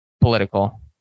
political